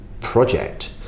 project